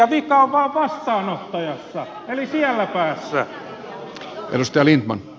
vika on vain vastaanottajassa eli siellä päässä